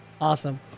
awesome